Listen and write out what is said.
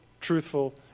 truthful